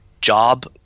job